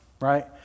right